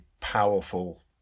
powerful